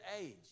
age